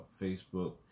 Facebook